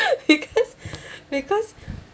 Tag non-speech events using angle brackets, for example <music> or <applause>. <laughs> because because